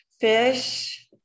fish